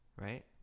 right